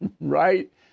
right